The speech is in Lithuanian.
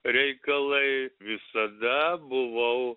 reikalai visada buvau